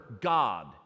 god